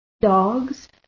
Dogs